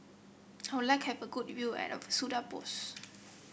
how like have a good view Budapest